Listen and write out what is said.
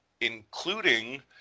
including